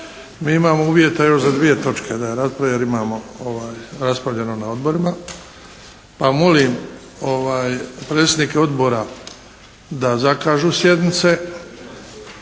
Mi imamo uvjeta još za dvije točke jer imamo raspravljano na odborima. Pa molim predsjednike odbora da zakažu sjednice.